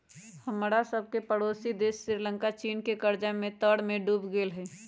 हमरा सभके पड़ोसी देश श्रीलंका चीन के कर्जा के तरमें डूब गेल हइ